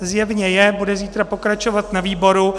Zjevně je, bude zítra pokračovat na výboru.